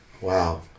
Wow